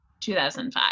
2005